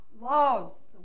loves